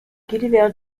gulliver